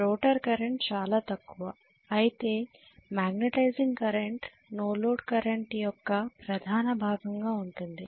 rotor current చాలా తక్కువ అయితే magnetising current no load current యొక్క ప్రధాన భాగంగా ఉంటుంది